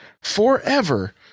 forever